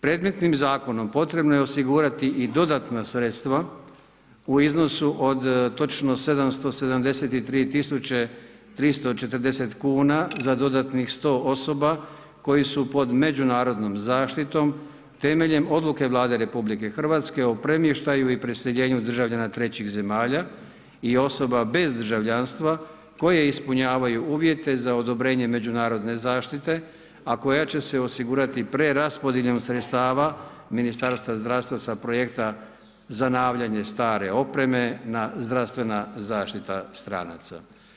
Predmetnim zakonom potrebno je osigurati i dodatna sredstva u iznosu od točno 773340 kuna za dodatnih sto osoba koji su pod međunarodnom zaštitom temeljem odluke Vlade Republike Hrvatske o premještaju i preseljenju državljana trećih zemalja i osoba bez državljanstva koje ispunjavaju uvjete za odobrenje međunarodne zaštite, a koja će se osigurati preraspodjelom sredstava Ministarstva zdravstva sa projekta zanavljanje stare opreme na zdravstvena zaštita stranaca.